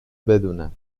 بدونن